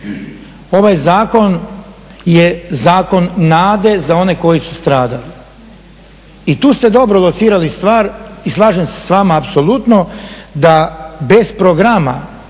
Ovaj zakon je zakon nade za one koji su stradali. I tu ste dobro docirali stvar i slažem se s vama apsolutno da bez programa